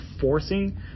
forcing